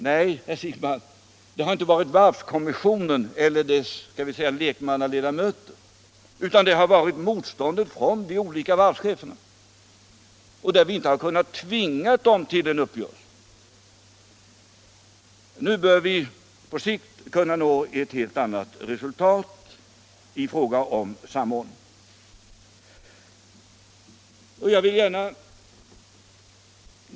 Nej, herr Siegbahn, det har inte berott på varvskommissionen eller dess — skall vi säga — lekmannaledamöter, utan det har berott på motståndet från de olika varvscheferna. Vi har inte kunnat tvinga dem till en uppgörelse. Nu bör vi på sikt kunna nå ett helt annat resultat i fråga om samordning.